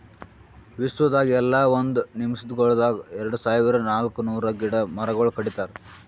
ವಿಶ್ವದಾಗ್ ಎಲ್ಲಾ ಒಂದ್ ನಿಮಿಷಗೊಳ್ದಾಗ್ ಎರಡು ಸಾವಿರ ನಾಲ್ಕ ನೂರು ಗಿಡ ಮರಗೊಳ್ ಕಡಿತಾರ್